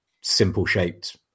simple-shaped